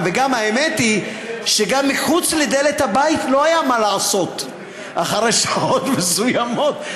והאמת היא שגם מחוץ לדלת הבית לא היה מה לעשות אחרי שעות מסוימות.